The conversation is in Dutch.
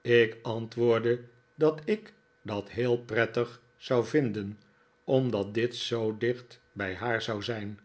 ik antwoordde dat ik dat heel prettig zou vinden omdat dit zoo dicht bij haar zou zijn